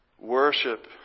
worship